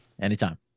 Anytime